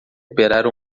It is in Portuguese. operar